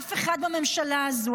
ולאף אחד בממשלה הזו,